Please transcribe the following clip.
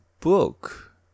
book